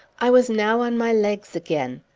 i was now on my legs again.